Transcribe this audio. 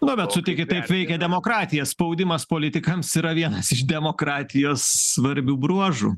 na bet sutikit taip veikia demokratija spaudimas politikams yra vienas iš demokratijos svarbių bruožų